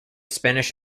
spanish